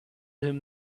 him